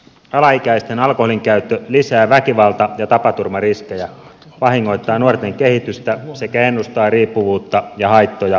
alaikäisten alkoholinkäyttö lisää väkivalta ja tapaturmariskejä vahingoittaa nuorten kehitystä sekä ennustaa riippuvuutta ja haittoja aikuisena